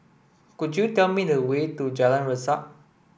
could you tell me the way to Jalan Resak